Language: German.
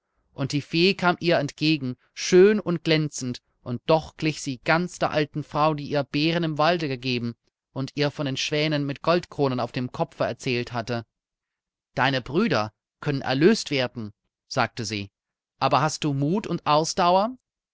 und die fee kam ihr entgegen schön und glänzend und doch glich sie ganz der alten frau die ihr beeren im walde gegeben und ihr von den schwänen mit goldkronen auf dem kopfe erzählt hatte deine brüder können erlöst werden sagte sie aber hast du mut und ausdauer